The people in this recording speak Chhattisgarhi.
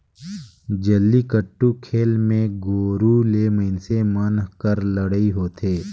जल्लीकट्टू खेल मे गोरू ले मइनसे मन कर लड़ई होथे